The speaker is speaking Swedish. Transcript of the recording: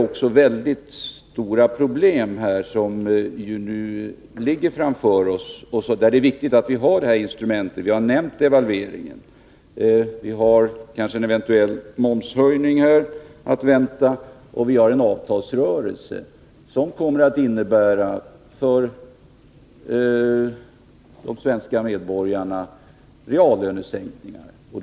Vi har stora problem som ligger framför oss och som gör det viktigt att ha det här instrumentet. Vi har nämnt devalveringen. Vi har kanske också en momshöjning att vänta. Dessutom väntar en avtalsrörelse som kommer att innebära reallönesänkningar för de svenska medborgarna.